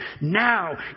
Now